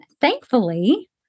thankfully